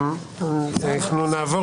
אנחנו נעבור